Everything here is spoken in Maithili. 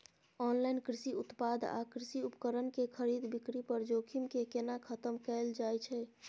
ऑनलाइन कृषि उत्पाद आ कृषि उपकरण के खरीद बिक्री पर जोखिम के केना खतम कैल जाए छै?